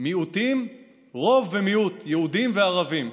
רוב ומיעוט, יהודים וערבים.